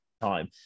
time